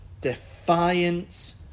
defiance